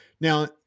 Now